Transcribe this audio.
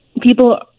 people